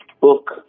book